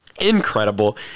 Incredible